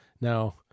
Now